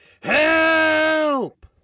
Help